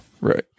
Right